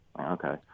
Okay